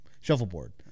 shuffleboard